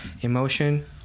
emotion